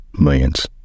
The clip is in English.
millions